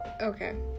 okay